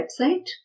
website